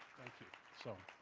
thank you. so